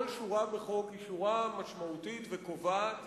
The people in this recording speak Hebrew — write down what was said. כל שורה בחוק היא שורה משמעותית וקובעת.